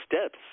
steps